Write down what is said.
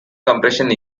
compression